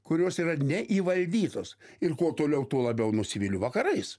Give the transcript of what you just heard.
kurios yra ne įvaldytos ir kuo toliau tuo labiau nusiviliu vakarais